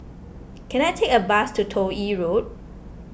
can I take a bus to Toh Yi Road